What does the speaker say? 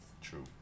True